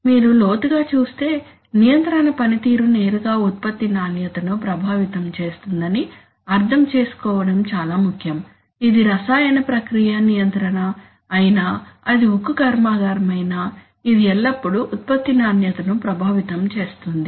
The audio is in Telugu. మీరు లోతుగా చూస్తే నియంత్రణ పనితీరు నేరుగా ఉత్పత్తి నాణ్యతను ప్రభావితం చేస్తుందని అర్థం చేసుకోవడం చాలా ముఖ్యం ఇది రసాయన ప్రక్రియ నియంత్రణ అయినా అది ఉక్కు కర్మాగారమైనా ఇది ఎల్లప్పుడూ ఉత్పత్తి నాణ్యతను ప్రభావితం చేస్తుంది